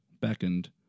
beckoned